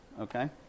Okay